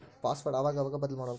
password ಅವಾಗವಾಗ ಬದ್ಲುಮಾಡ್ಬಕು